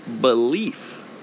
belief